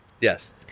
Yes